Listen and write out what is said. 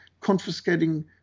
confiscating